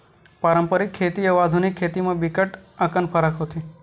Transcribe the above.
पारंपरिक खेती अउ आधुनिक खेती म बिकट अकन फरक होथे